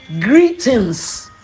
greetings